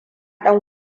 ɗan